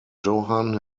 johan